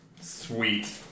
sweet